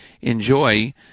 enjoy